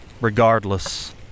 Regardless